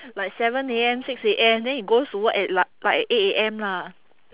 like seven A_M six A_M then he goes to work at li~ like eight A_M lah